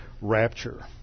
rapture